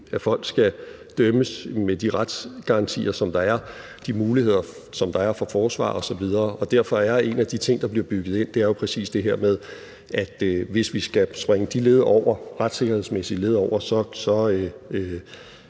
at folk skal dømmes med de retsgarantier, der er, de muligheder, der er for forsvar osv. Og derfor er en af de ting, der bliver bygget ind, jo præcis det her med, at hvis vi skal springe de retssikkerhedsmæssige led over, skal